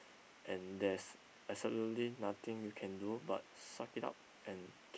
and there's absolutely nothing you can do but suck it up and keep